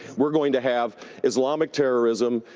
we're going to have islamic terrorism,